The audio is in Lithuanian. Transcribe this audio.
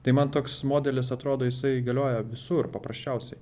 tai man toks modelis atrodo jisai galioja visur paprasčiausiai